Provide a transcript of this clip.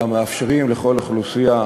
אז אפשר לעשות את